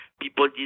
people